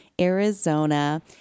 Arizona